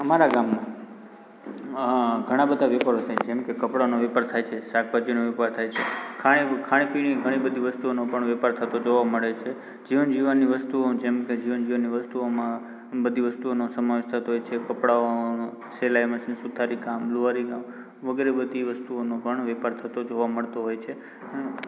અમારા ગામમાં ઘણા બધા વેપારો થાય જેમ કે કપડાનો વેપાર થાય છે શાકભાજીનો વેપાર થાય છે ખાણી ખાણીપીણી ઘણી બધી વસ્તુઓનો પણ વેપાર થતો જોવા મળે છે જીવન જીવવાની વસ્તુઓ જેમ કે જીવન જીવવાની વસ્તુઓમાં બધી વસ્તુઓનો સમાવેશ થતો હોય છે કપડાઓ સીલાઈ મશીન સુથારી કામ લુહારી કામ વગરે બધી વસ્તુઓનો પણ વેપાર થતો જોવા મળતો હોય છે